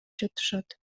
жатышат